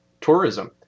tourism